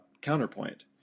counterpoint